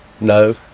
No